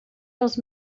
dels